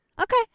Okay